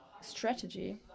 strategy